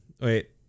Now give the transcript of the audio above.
wait